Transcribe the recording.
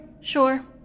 Sure